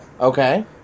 Okay